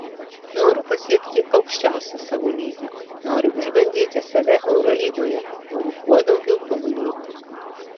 noriu pasiekti aukščiausią savo lygį noriu išbandyti save eurolygoje noriu kuo daugiau tobulėti